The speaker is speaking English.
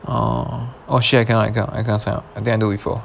uh oh shit I cannot I cannot I cannot sign up I do before